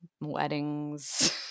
weddings